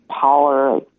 power